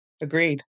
Agreed